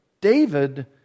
David